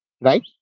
right